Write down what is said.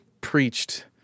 preached